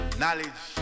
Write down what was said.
knowledge